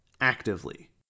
actively